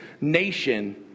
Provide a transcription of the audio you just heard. nation